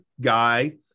guy